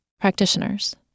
practitioners